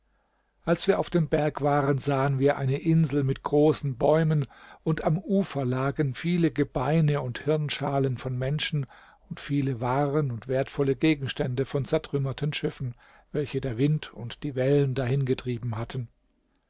als wir auf dem berg waren sahen wir eine insel mit großen bäumen und am ufer lagen viele gebeine und hirnschalen von menschen und viele waren und wertvolle gegenstände von zertrümmerten schiffen welche der wind und die wellen dahin getrieben hatten